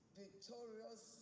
victorious